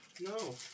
No